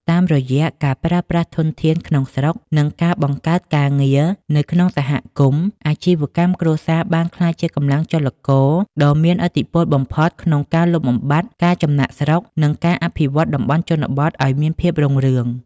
តាមរយៈការប្រើប្រាស់ធនធានក្នុងស្រុក និងការបង្កើតការងារនៅក្នុងសហគមន៍ អាជីវកម្មគ្រួសារបានក្លាយជាកម្លាំងចលករដ៏មានឥទ្ធិពលបំផុតក្នុងការលុបបំបាត់ការចំណាកស្រុក និងការអភិវឌ្ឍតំបន់ជនបទឱ្យមានភាពរុងរឿង។